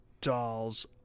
dolls